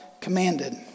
commanded